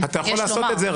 -- אתה יכול לעשות את זה.